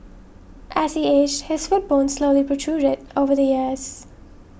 as he aged his foot bone slowly protruded over the years